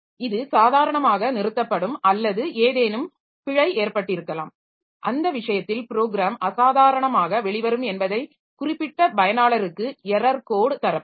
இது சாதாரணமாக நிறுத்தப்படும் அல்லது ஏதேனும் பிழை ஏற்பட்டிருக்கலாம் அந்த விஷயத்தில் ப்ரோக்ராம் அசாதாரணமாக வெளிவரும் என்பதை குறிப்பிட பயனாளருக்கு எரர் கோட் தரப்படும்